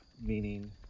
meaning